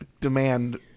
demand